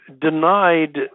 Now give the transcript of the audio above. denied